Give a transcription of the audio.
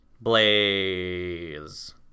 blaze